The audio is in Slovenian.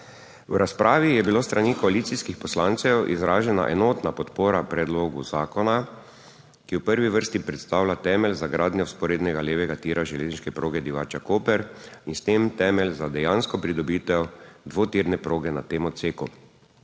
V razpravi je bila s strani koalicijskih poslancev izražena enotna podpora predlogu zakona, ki v prvi vrsti predstavlja temelj za gradnjo vzporednega levega tira železniške proge Divača–Koper in s tem temelj za dejansko pridobitev dvotirne proge na tem odseku.